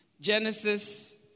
Genesis